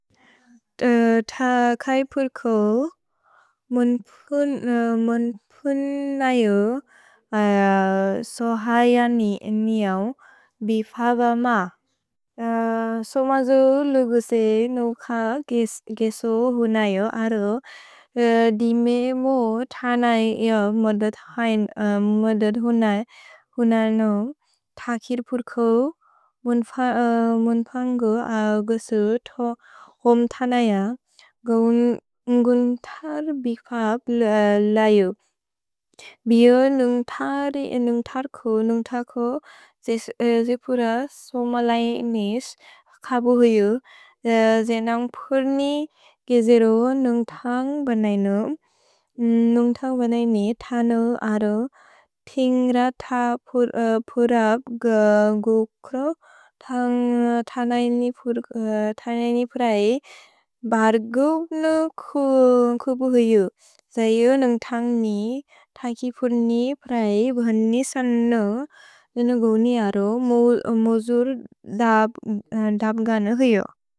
थ कैपुर्को मुन्पुनयु सोहयनि नियव् बिफव मा। सोमजो लुगुसे नुख गेसो हुनयु अरो। दिमे मो तनय् मोदुद् हुनय्नु। थ किपुर्को मुन्पुन्गो गसो थो होन् तनय। न्गुन्तर् बिफव् लयु। भियो नुन्ग्तर् को जेपुर सोमलय् निस् खबुहुयु। जेनन्ग् पुर्नि गेसेरो नुन्ग्तन्ग् बेनय्नु। नुन्ग्तन्ग् बेनय्नि तनु अरो तिन्ग्र त पुरप् ग गुक्रो। तन्ग् तनय्नि प्रए बर्गु न खुबुहुयु। जय नुन्ग्तन्ग् नि त किपुर्नि प्रए भनि सनु। न्गुनि अरो मोजुर् दब्गन हुयु।